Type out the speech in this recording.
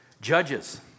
judges